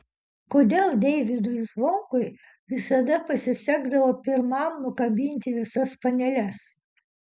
kodėl deivydui zvonkui visada pasisekdavo pirmam nukabinti visas paneles